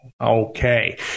Okay